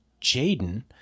Jaden